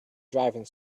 driving